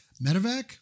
medevac